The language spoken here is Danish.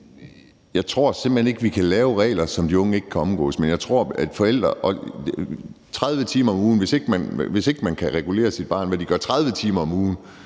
Jeg tror simpelt hen ikke, vi kan lave regler, som de unge ikke kan omgå, men jeg tror, at man, hvis man ikke kan regulere, hvad ens børn gør i 30 timer om ugen,